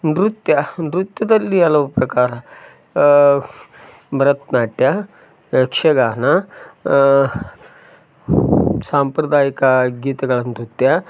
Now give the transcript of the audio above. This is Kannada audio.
ನೃತ್ಯ ನೃತ್ಯದಲ್ಲಿ ಹಲವು ಪ್ರಕಾರ ಭರತನಾಟ್ಯ ಯಕ್ಷಗಾನ ಸಾಂಪ್ರದಾಯಿಕ ಗೀತೆಗಳ ನೃತ್ಯ